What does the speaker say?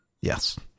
Yes